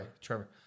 Trevor